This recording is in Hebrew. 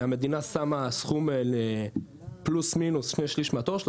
המדינה שמה סכום פלוס מינוס שני שליש מהתואר שלו.